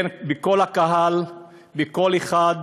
כל הקהל בקול אחד,